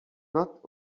not